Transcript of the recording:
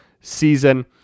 season